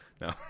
No